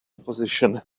position